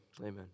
amen